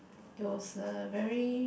it was err very